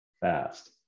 fast